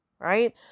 Right